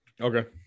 Okay